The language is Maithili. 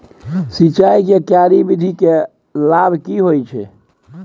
सिंचाई के क्यारी विधी के लाभ की होय छै?